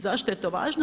Zašto je to važno?